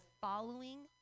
following